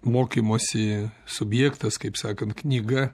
mokymosi subjektas kaip sakant knyga